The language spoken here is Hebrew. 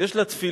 ויש לה תפילה,